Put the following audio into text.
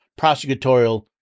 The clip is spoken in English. prosecutorial